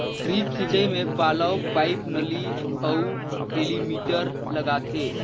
drip सिंचई मे valve, pipe, नली अउ एलीमिटर लगाथें